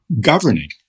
governing